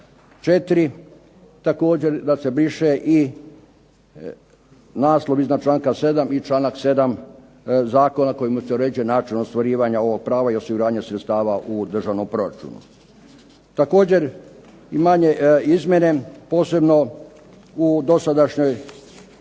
4., također da se briše i naslov iznad članka 7. i članak 7. Zakona kojim se uređuje način ostvarivanja ovog prava i osiguranje sredstava u državnom proračunu. Također, manje izmjene posebno u dosadašnjoj